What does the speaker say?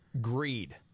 Greed